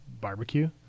barbecue